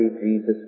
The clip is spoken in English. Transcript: Jesus